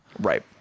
right